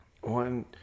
One